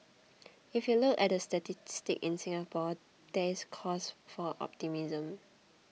if you look at the statistics in Singapore there is cause for optimism